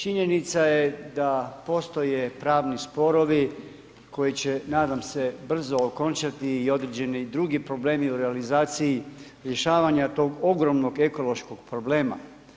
Činjenica je da postoje pravni sporovi koji će nadam se brzo okončati i određeni drugi problem u realizaciji rješavanje tog ogromnog ekološkog problema.